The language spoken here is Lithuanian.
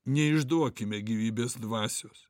neišduokime gyvybės dvasios